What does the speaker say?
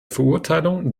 verurteilung